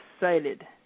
excited